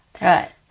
Right